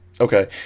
okay